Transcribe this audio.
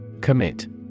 Commit